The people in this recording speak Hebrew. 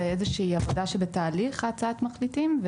זה איזה שהיא עבודה שבתהליך הצעת המחליטים.